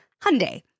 Hyundai